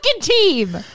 team